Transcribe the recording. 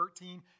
13